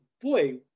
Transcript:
boy